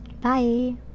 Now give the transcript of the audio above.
bye